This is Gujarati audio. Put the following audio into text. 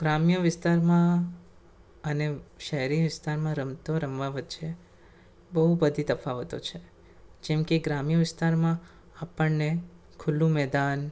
ગ્રામ્ય વિસ્તારમાં અને શહેરી વિસ્તારમાં રમતો રમવા વચ્ચે બહુ બધાં તફાવતો છે જેમકે ગ્રામ્ય વિસ્તારમાં આપણને ખુલ્લું મેદાન